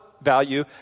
value